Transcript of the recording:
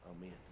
amen